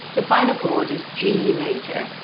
the final chord is g major.